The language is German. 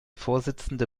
vorsitzende